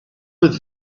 with